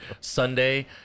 Sunday